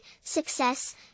success